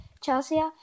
Chelsea